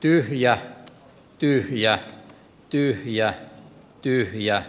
tyhjää tyhjää tyhjää yhiä